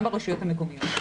גם ברשויות המקומיות.